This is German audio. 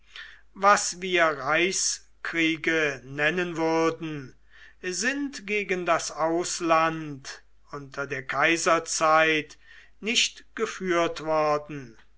was wir reichskriege nennen würden sind gegen das ausland unter der kaiserzeit nicht geführt worden